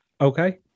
Okay